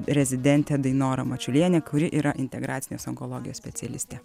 rezidentė dainora mačiulienė kuri yra integracinės onkologijos specialistė